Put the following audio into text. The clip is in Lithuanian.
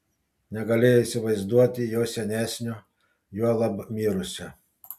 negalėjo įsivaizduoti jo senesnio juolab mirusio